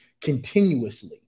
continuously